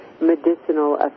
medicinal